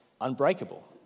unbreakable